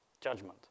judgment